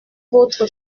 votre